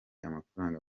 amafaranga